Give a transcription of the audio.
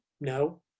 No